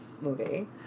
movie